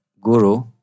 guru